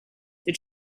did